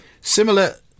Similar